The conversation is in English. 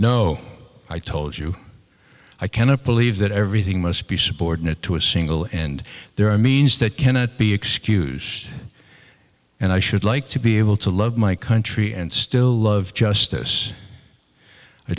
know i told you i cannot believe that everything must be subordinate to a single and there are means that cannot be excused and i should like to be able to love my country and still love justice i